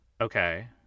Okay